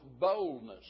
boldness